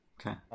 Okay